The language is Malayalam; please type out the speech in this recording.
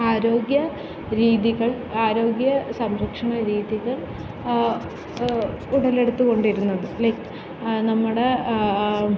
ആരോഗ്യ രീതികൾ ആരോഗ്യ സംരക്ഷണ രീതികൾ ഉടലെടുത്തു കൊണ്ടിരുന്നത് ലൈക് നമ്മുടെ